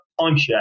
timeshare